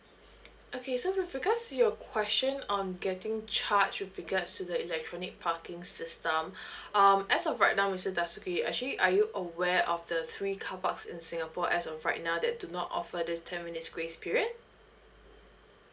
okay so with regards to your question on getting charge with regards to the electronic parking system um as of right now mister dasuki actually are you aware of the three carparks in singapore as of right now that do not offer this ten minutes grace period